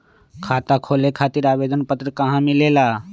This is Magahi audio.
खाता खोले खातीर आवेदन पत्र कहा मिलेला?